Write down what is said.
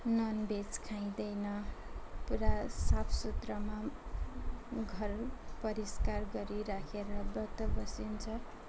नन् भेज खाइँदैन पुरा साफ सुथ्रामा घर परिष्कार गरी राखेर व्रत बसिन्छ